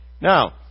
Now